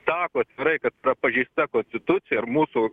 sako atvirai kad yra pažeista konstitucija ir mūsų